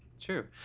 True